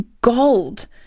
gold